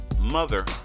mother